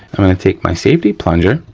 i'm gonna take my safety plunger,